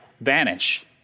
vanish